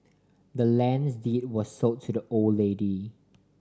the land's deed was sold to the old lady